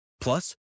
Plus